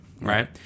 Right